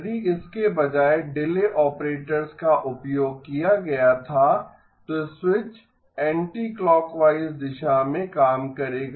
यदि इसके बजाय डिले ऑपरेटर्स का उपयोग किया गया था तो स्विच एंटीक्लॉकवाइज दिशा में काम करेगा